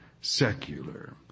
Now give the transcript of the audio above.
secular